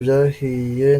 byahiye